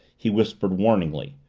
he whispered warningly.